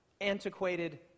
antiquated